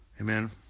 amen